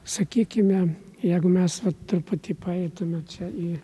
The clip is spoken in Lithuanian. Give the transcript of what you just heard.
sakykime jeigu mes vat truputį paeitume čia į